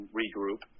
regroup